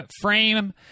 frame